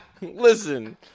Listen